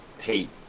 hate